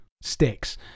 sticks